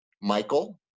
Michael